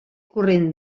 corrent